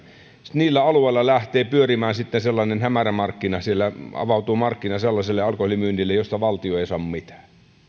niillä alueilla lähtee pyörimään sellainen hämärämarkkina siellä avautuu markkina sellaiselle alkoholimyynnille josta valtio ei saa mitään